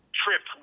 trip